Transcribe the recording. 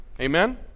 Amen